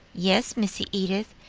yes, missy edith,